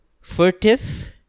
furtive